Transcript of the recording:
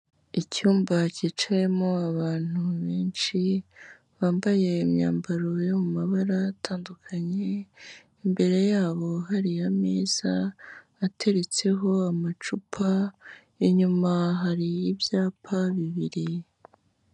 Icyumba cyicayemo abantu benshi, bambaye imyambaro yo mu mabara atandukanye, imbere yabo hariya mza ateretseho amacupa, inyuma hari y'ibyapa bibiri.